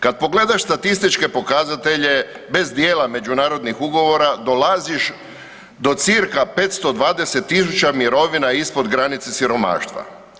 Kad pogledaš statističke pokazatelje, bez djela međunarodnih ugovora, dolaziš do circa 520 000 mirovina ispod granice siromaštva.